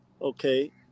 Okay